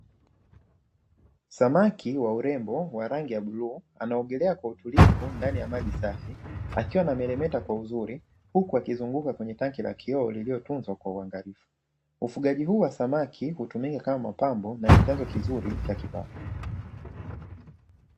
Samaki wa urembo wa rangi ya bluu, anaogelea kwa utulivu ndani ya maji safi akiwa anameremeta kwa uzuri, huku akizungumza kwenye tanki la kioo lililotunzwa kwa uangalizi. Ufugaji huu wa samaki hutumika kama mapambo na ni chanzo kizuri cha kipato.